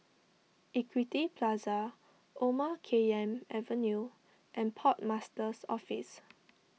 Equity Plaza Omar Khayyam Avenue and Port Master's Office